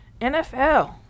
nfl